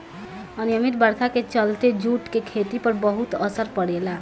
अनिमयित बरखा के चलते जूट के खेती पर बहुत असर पड़ेला